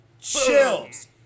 Chills